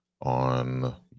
on